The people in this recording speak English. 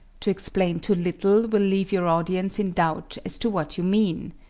to explain too little will leave your audience in doubt as to what you mean.